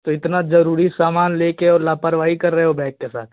तो इतना जरूरी सामान लेके और लापरवाही कर रहे हो बैग के साथ